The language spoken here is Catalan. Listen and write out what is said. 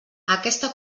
aquesta